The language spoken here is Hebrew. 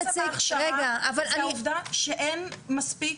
העובדה שאין מספיק,